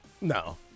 No